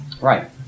Right